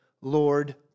Lord